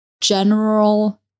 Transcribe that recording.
general